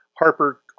Harper